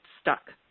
stuck